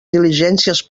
diligències